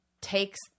takes